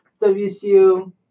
WCU